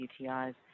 UTIs